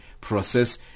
process